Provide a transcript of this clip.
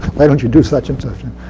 why don't you do such and such?